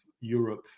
Europe